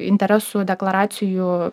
interesų deklaracijų